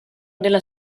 della